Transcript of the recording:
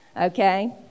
okay